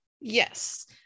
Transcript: yes